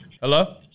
Hello